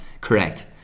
correct